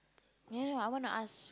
you know I want to ask